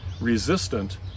resistant